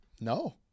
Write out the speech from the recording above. No